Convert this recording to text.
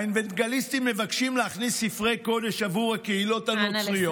האוונגליסטים מבקשים להכניס ספרי קודש עבור הקהילות הנוצריות,